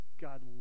God